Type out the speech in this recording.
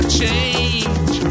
change